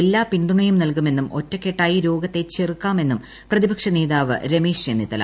എല്ലാ പിന്തൂണയും നൽകുമെന്നും ഒറ്റക്കെട്ടായി രോഗത്തെ ചെറുക്കാമെന്നും പ്രതിപക്ഷ നേതാവ് രമേശ് ചെന്നിത്തല